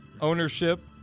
ownership